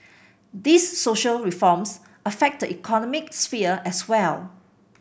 these social reforms affect the economic sphere as well